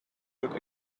could